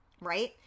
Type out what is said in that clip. right